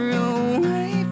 away